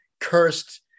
cursed